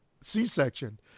C-section